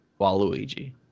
Waluigi